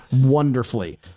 wonderfully